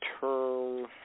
term